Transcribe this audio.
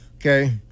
Okay